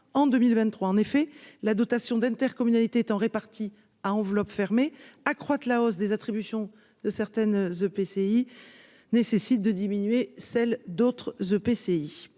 en 2023 en effet, la dotation d'intercommunalité étant répartis à enveloppe fermée, accroître la hausse des attributions de certaines EPCI nécessite de diminuer celle d'autres The